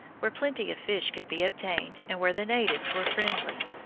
where plenty of fish could be obtained and where the natives were friendly.